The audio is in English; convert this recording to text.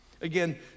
again